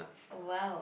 !wow!